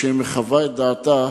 כשהיא מחווה את דעתה,